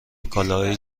کالاهایی